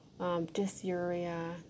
Dysuria